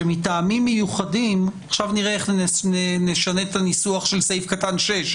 שמטעמים מיוחדים עכשיו נראה איך נשנה את הניסוח של סעיף (6),